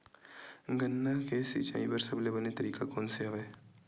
गन्ना के सिंचाई बर सबले बने तरीका कोन से हवय?